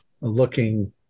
looking